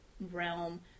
realm